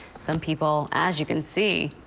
some people, as you can see,